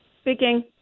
Speaking